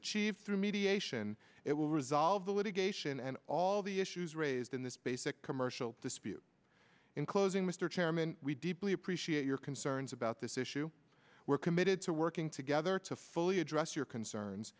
achieved through mediation it will resolve the litigation and all the issues raised in this basic commercial dispute in closing mr chairman we deeply appreciate your concerns about this issue we're committed to working together to fully address your concerns